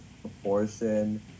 proportion